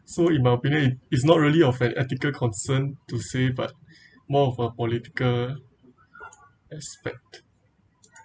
so in my opinion it it's not really of an ethical concern to say but more of a political aspect